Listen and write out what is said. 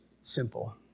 simple